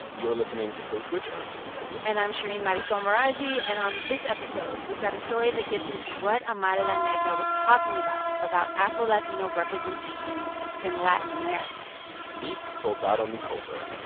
you're listening to code switch. i'm gene demby and i'm shereen marisol meraji. and on this episode, we've got a story that gets into what amara la negra was talking about about afro-latino representation in latin america meet soldado micolta,